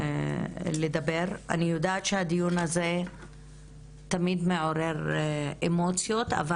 אני יודעת שהדיון הזה תמיד מעורר אמוציות אבל